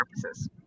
purposes